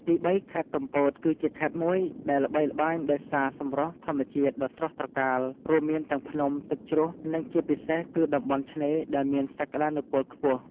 ទីបី ខេត្តកំពត គឺជាខេត្តមួយដែលល្បីល្បាញដោយសារសម្រស់ធម្មជាតិដ៏ស្រស់ត្រកាល រួមមានទាំងភ្នំ ទឹកជ្រោះ និងជាពិសេសគឺតំបន់ឆ្នេរដែលមានសក្ដានុពលខ្ពស់។